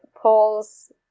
pulls